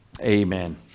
Amen